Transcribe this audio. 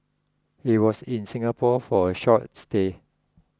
he was in Singapore for a short stay